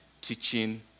teaching